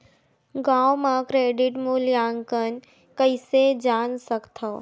गांव म क्रेडिट मूल्यांकन कइसे जान सकथव?